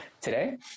today